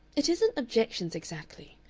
it isn't objections exactly.